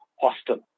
hostel